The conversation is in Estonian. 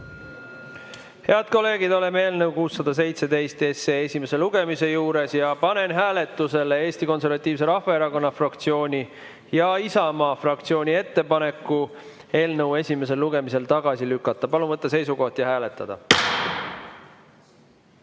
kolleegid, oleme eelnõu 617 esimese lugemise juures ja panen hääletusele Eesti Konservatiivse Rahvaerakonna fraktsiooni ja Isamaa fraktsiooni ettepaneku eelnõu esimesel lugemisel tagasi lükata. Palun võtta seisukoht ja hääletada!